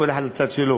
כל אחד מהצד שלו.